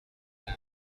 them